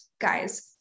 guys